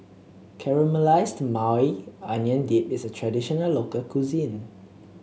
Caramelized Maui Onion Dip is a traditional local cuisine